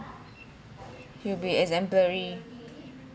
he will be exemplary